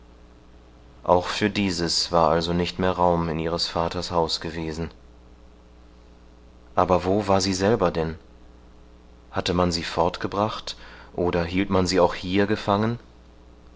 auch für dieses war also nicht mehr raum in ihres vaters haus gewesen aber wo war sie selber denn hatte man sie fortgebracht oder hielt man sie auch hier gefangen